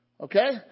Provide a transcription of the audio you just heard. Okay